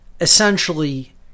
essentially